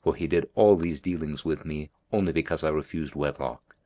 for he did all these dealings with me only because i refused wedlock.